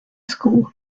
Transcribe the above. school